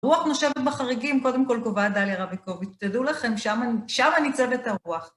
רוח נושבת בחריגים, קודם כל קובעה דליה רביקוביץ', תדעו לכם, שמה ניצב את הרוח.